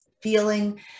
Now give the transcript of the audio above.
feeling